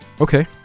Okay